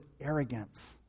arrogance